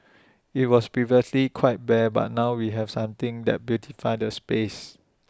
IT was previously quite bare but now we have something that beautifies the space